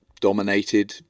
dominated